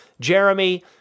Jeremy